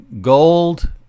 gold